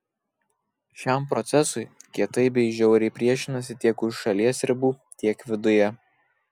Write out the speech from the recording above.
šiam procesui kietai bei žiauriai priešinasi tiek už šalies ribų tiek viduje